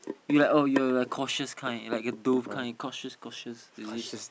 you're like oh you're the cautious kind like the dove kind cautious cautious is it